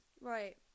right